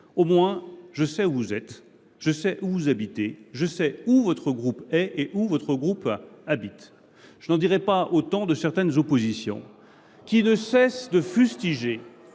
au moins, je sais où vous êtes, où vous habitez, je sais où votre groupe est, où il habite. Je n’en dirai pas autant de certaines oppositions, qui ne cessent de fustiger